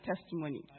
testimony